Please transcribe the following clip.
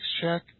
check